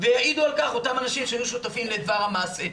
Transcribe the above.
ויעידו על כך אותם אנשים שהיו שותפים לדבר המעשה.